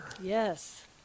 Yes